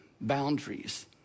boundaries